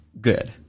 good